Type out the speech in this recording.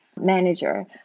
manager